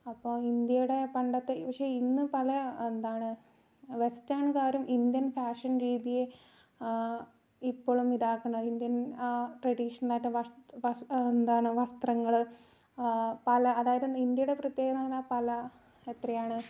അപ്പോൾ ഇന്ത്യയുടെ പണ്ടത്തെ പക്ഷേ ഇന്ന് പല എന്താണ് വെസ്റ്റേൺകാരും ഇന്ത്യൻ ഫാഷൻ രീതിയെ ഇപ്പോഴും ഇതാക്കണ ഇന്ത്യൻ ട്രഡീഷണലായിട്ട് എന്താണ് വസ്ത്രങ്ങൾ പല അതായത് ഇന്ത്യയുടെ പ്രത്യേകത പറഞ്ഞ പല എത്രയാണ്